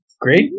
Great